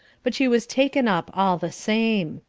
but she was taken up all the same.